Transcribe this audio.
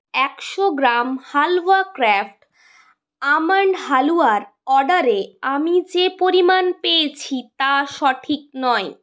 একশো গ্রাম Halwa Craft almond হালুয়ার অর্ডারে আমি যে পরিমাণ পেয়েছি তা সঠিক নয়